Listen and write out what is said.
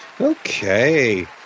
okay